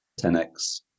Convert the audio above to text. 10x